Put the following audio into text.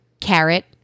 Carrot